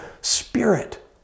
spirit